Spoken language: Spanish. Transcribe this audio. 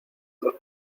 los